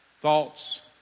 Thoughts